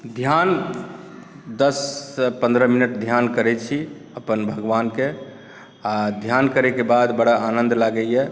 ध्यान दशसऽ पंद्रह मिनट ध्यान करै छी अपन भगवानके आ ध्यान करैके बाद बड़ा आनन्द लागैया